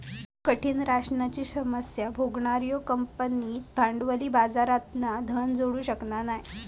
कठीण राशनाची समस्या भोगणार्यो कंपन्यो भांडवली बाजारातना धन जोडू शकना नाय